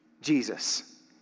Jesus